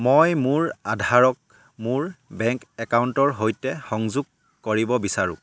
মই মোৰ আধাৰক মোৰ বেংক একাউণ্টৰ সৈতে সংযোগ কৰিব বিচাৰোঁ